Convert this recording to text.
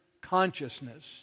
consciousness